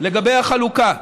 לגבי החלוקה.